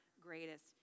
greatest